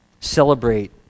celebrate